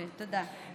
תודה.